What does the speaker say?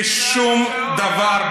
בשום דבר,